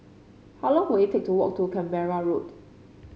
how long will it take to walk to Canberra Road